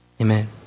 Amen